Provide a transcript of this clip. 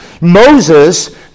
Moses